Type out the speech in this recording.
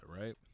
right